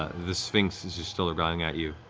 the sphinx is is still there growling at you.